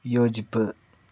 വിയോജിപ്പ്